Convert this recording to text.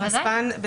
כן.